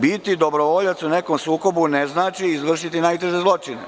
Biti dobrovoljac u nekom sukobu ne znači izvršiti najteži zločin.